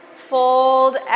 Fold